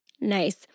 Nice